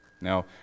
Now